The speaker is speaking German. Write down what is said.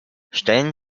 stellen